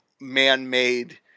man-made